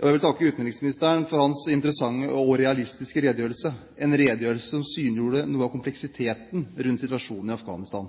vil takke utenriksministeren for hans interessante og realistiske redegjørelse, en redegjørelse som synliggjorde noe av kompleksiteten rundt situasjonen i Afghanistan.